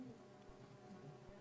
עובדים.